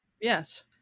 Yes